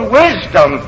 wisdom